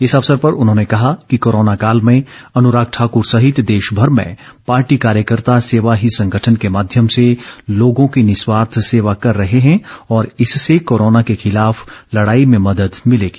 इस अवसर पर उन्होंने कहा कि कोरोना काल में अनुराग ठाकृर सहित देश भर में पार्टी कार्यकर्ता सेवा ही संगठन के माध्यम से लोगों की निस्वार्थ सेवा कर रहे हैं और इससे कोरोना के खिलाफ लड़ाई में मदद मिलेगी